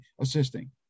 assisting